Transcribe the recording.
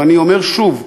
ואני אומר שוב: